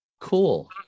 Cool